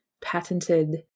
patented